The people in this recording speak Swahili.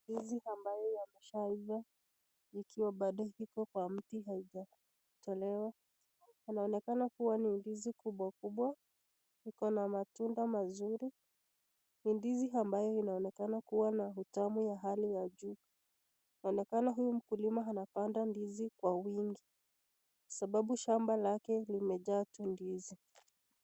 Ndizi ambayo yameshaiva ikiwa bado iko kwa mtu haijatolewa. Inaonekana kuwa ni ndizi kubwa kubwa. Iko na matunda mazuri. Ni ndizi ambayo inaonekana kuwa na utamu ya hali ya juu. Inaonekana huyu mkulima anapanda ndizi kwa wingi sababu shamba lake limejaa tu ndizi.